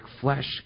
flesh